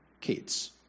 kids